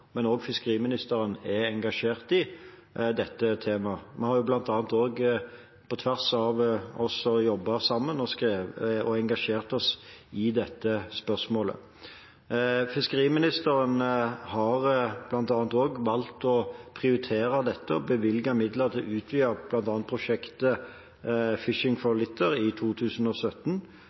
og også fiskeriministeren, er engasjert i dette temaet. Vi har også på tvers jobbet sammen og engasjert oss i dette spørsmålet. Fiskeriministeren har bl.a. valgt å prioritere dette og bevilge midler til å utvide prosjektet Fishing for Litter i 2017,